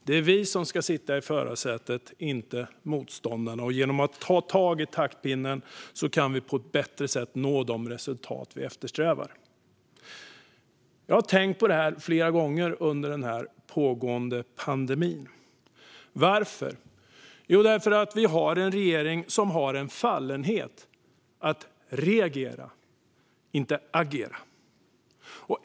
Det är vi som ska sitta i förarsätet, inte motståndarna, och genom att ta tag i taktpinnen kan vi på ett bättre sätt nå de resultat vi eftersträvar. Jag har tänkt på det här flera gånger under den pågående pandemin. Varför? Jo, därför att vi har en regering med en fallenhet att reagera, inte agera.